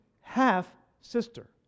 half-sister